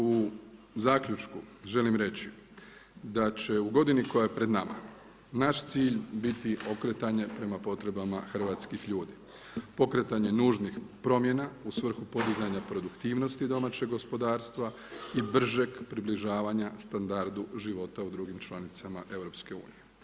U zaključku želim reći da će u godini koja je pred nama naš cilj biti okretanje prema potrebama hrvatskih ljudi, pokretanje nužnih promjena u svrhu podizanja produktivnosti domaćeg gospodarstva i bržeg približavanja standardu života u drugim članicama EU.